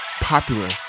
popular